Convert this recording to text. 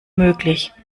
möglich